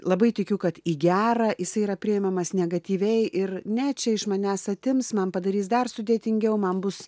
labai tikiu kad į gerą jisai yra priimamas negatyviai ir ne čia iš manęs atims man padarys dar sudėtingiau man bus